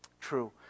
true